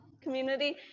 community